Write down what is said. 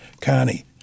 Connie